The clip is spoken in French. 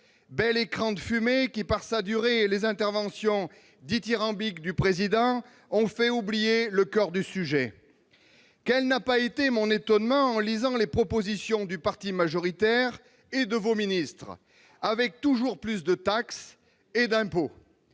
bel écran de fumée qui, par sa durée et les interventions dithyrambiques du Président de la République, a fait oublier le coeur du sujet. Or quel n'a pas été mon étonnement en lisant les propositions du parti majoritaire et de vos ministres, prévoyant toujours plus de taxes et d'impôts